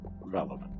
relevant